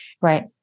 right